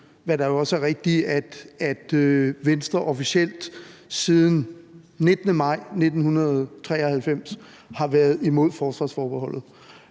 hvad der jo også er rigtigt, at Venstre officielt siden den 19. maj 1993 har været imod forsvarsforbeholdet.